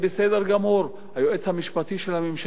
היועץ המשפטי של הממשלה מקבל את זה,